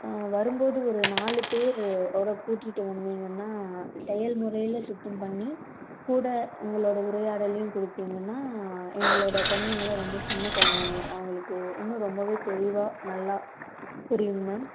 வரும்போது ஒரு நாலு பேர் ஓட கூட்டிகிட்டு வந்தீங்கன்னால் செயல் முறையில் சுத்தம் பண்ணி கூட உங்களோடய உரையாடலையும் கொடுத்தீங்கன்னா எங்களோடய குழந்தைங்களும் ரொம்ப சின்ன குழந்தைங்க அவங்களுக்கு இன்னும் ரொம்பவே தெளிவாக நல்லா புரியுங்க மேம்